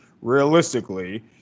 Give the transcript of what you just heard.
realistically